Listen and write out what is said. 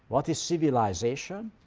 what is civilization?